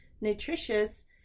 nutritious